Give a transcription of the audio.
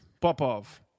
Popov